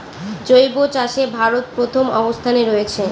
জৈব চাষে ভারত প্রথম অবস্থানে রয়েছে